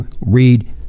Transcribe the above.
read